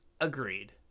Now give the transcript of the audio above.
Agreed